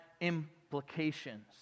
implications